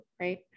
right